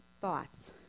thoughts